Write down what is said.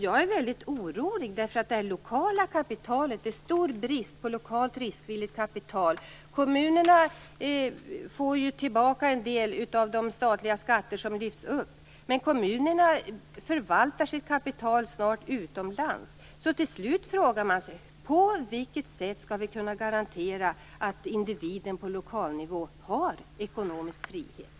Jag är mycket orolig, därför att det är stor brist på lokalt riskvilligt kapital. Kommunerna får tillbaka en del av de statliga skatterna, men kommunerna förvaltar snart sitt kapital utomlands. Till slut frågar man sig: På vilket sätt skall vi kunna garantera att individen på lokalnivå har ekonomisk frihet?